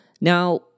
now